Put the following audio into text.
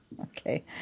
okay